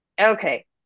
Okay